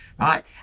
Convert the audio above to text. right